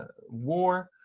war,